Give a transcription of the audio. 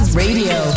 radio